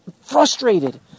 frustrated